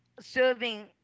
serving